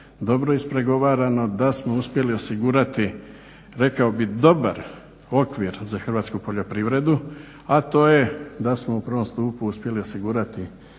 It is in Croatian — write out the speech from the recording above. Dobro ispregovarano, da smo uspjeli osigurati rekao bih dobar okvir za hrvatsku poljoprivredu a to je da smo u prvom stupu uspjeli osigurati